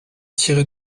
tirer